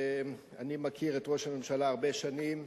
אני מכיר את ראש הממשלה הרבה שנים.